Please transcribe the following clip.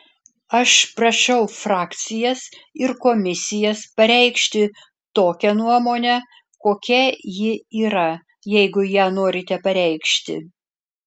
aš prašau frakcijas ir komisijas pareikšti tokią nuomonę kokia ji yra jeigu ją norite pareikšti